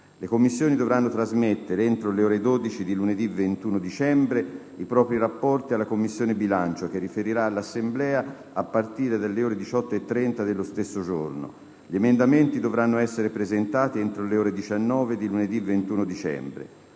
Le Commissioni dovranno trasmettere entro le ore 12 di lunedì 21 dicembre i propri rapporti alla Commissione bilancio, che riferirà alla Assemblea a partire dalle ore 18,30 dello stesso giorno. Gli emendamenti dovranno essere presentati entro le ore 19 di lunedì 21 dicembre.